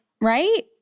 right